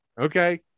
Okay